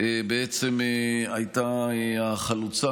בעצם הייתה החלוצה,